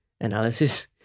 analysis